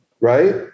right